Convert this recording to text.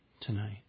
tonight